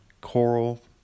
coral